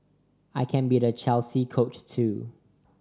I can be the Chelsea Coach too